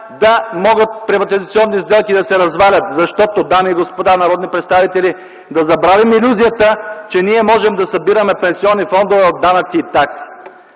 развалят приватизационни сделки, защото, дами и господа народни представители, да забравим илюзията, че можем да събираме пенсионни фондове от данъци и такси,